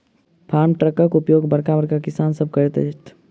farm ट्रकक उपयोग बड़का बड़का किसान सभ करैत छथि